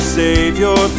savior